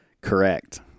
correct